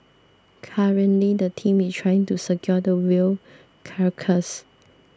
currently the team is trying to secure the whale carcass